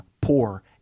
poor